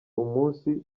umunsi